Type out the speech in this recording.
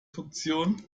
funktion